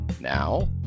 Now